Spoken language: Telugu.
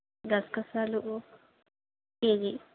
గసగసాలు కేజీ